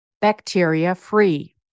bacteria-free